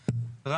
התוכנית.